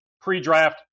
pre-draft